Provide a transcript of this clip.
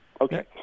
okay